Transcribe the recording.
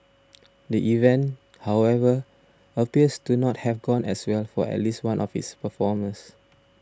the event however appears to not have gone as well for at least one of its performers